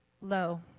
low